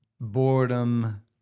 boredom